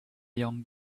young